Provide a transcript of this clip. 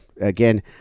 again